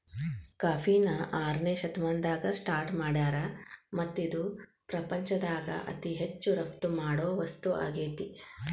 ಕಾಫಿನ ಆರನೇ ಶತಮಾನದಾಗ ಸ್ಟಾರ್ಟ್ ಮಾಡ್ಯಾರ್ ಮತ್ತ ಇದು ಪ್ರಪಂಚದಾಗ ಅತಿ ಹೆಚ್ಚು ರಫ್ತು ಮಾಡೋ ವಸ್ತು ಆಗೇತಿ